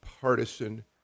partisan